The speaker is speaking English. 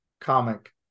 comic